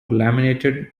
laminated